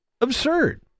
absurd